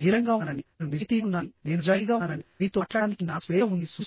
బహిరంగంగా ఉన్నానని నేను నిజాయితీగా ఉన్నానని నేను నిజాయితీగా ఉన్నాననిమీతో మాట్లాడటానికి నాకు స్వేచ్ఛ ఉందని సూచిస్తున్నాయి